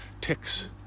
Ticks